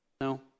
No